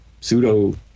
pseudo